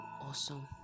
awesome